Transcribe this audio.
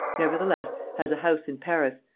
nevertheless, has a house in paris,